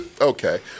Okay